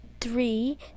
three